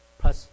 plus